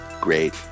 great